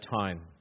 time